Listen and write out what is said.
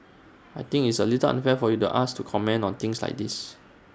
I think it's A little unfair for you to ask to comment on things like this